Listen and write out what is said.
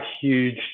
huge